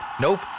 Nope